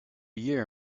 year